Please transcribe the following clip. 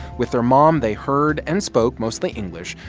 with their mom, they heard and spoke mostly english,